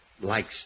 Likes